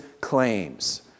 claims